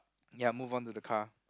ya move on to the car